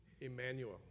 Emmanuel